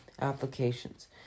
applications